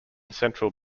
central